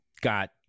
got